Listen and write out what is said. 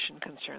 concerns